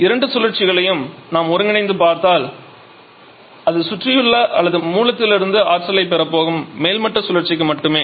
இரண்டு சுழற்சிகளையும் நாம் ஒருங்கிணைத்துப் பார்த்தால் அது சுற்றியுள்ள அல்லது மூலத்திலிருந்து ஆற்றலைப் பெறப் போகும் மேல்மட்ட சுழற்சி மட்டுமே